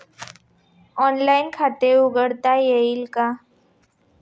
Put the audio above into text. Online खाते उघडता येईल का?